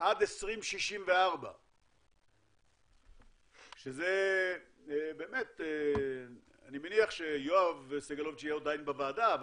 עד 2064. אני מניח שיואב סגלוביץ' יהיה עדיין בוועדה,